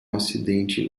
acidente